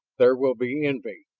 there will be envy,